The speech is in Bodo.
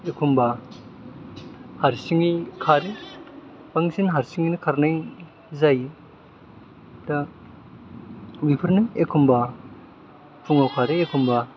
एखमबा हारसिङै खारो बांसिन हारसिङैनो खारनाय जायो दा बेफोरनो एखमबा फुङाव खारो एखमबा